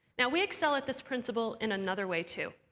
now we excel at this principle in another way too.